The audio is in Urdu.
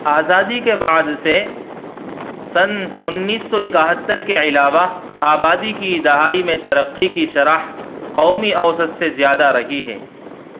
آزادی کے بعد سے سن انیس سو اکہتر کے علاوہ آبادی کی دہائی میں ترقی کی شرح قومی اوسط سے زیادہ رہی ہے